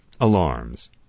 alarms